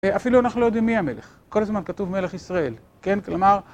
אפילו אנחנו לא יודעים מי המלך, כל הזמן כתוב מלך ישראל, כן? כלומר...